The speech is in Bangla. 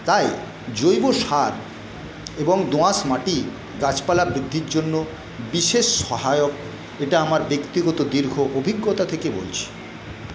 তাই জৈব সার এবং দোআঁশ মাটি গাছপালা বৃদ্ধির জন্য বিশেষ সহায়ক এটা আমার ব্যক্তিগত দীর্ঘ অভিজ্ঞতা থেকে বলছি